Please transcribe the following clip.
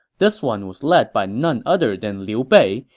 this one was led by none other than liu bei,